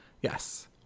Yes